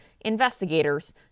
investigators